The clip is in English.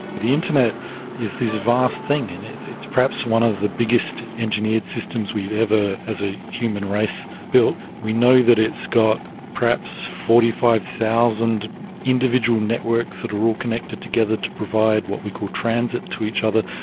the internet is this vast thing and it's perhaps one of the biggest engineered systems we've ever as a human race built. we know that it's got perhaps forty five thousand individual networks that are all connected together to provide what we call transit to each other,